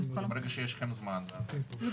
אבל ברגע שיש לכם זמן --- בדיוק.